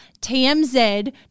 TMZ